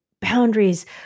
boundaries